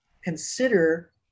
consider